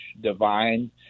divine